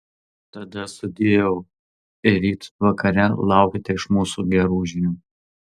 tada sudieu ir ryt vakare laukite iš mūsų gerų žinių